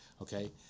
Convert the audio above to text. okay